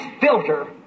filter